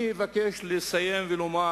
אני מבקש לסיים ולומר